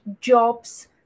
jobs